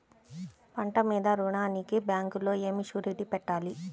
పంట మీద రుణానికి బ్యాంకులో ఏమి షూరిటీ పెట్టాలి?